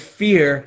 fear